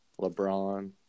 LeBron –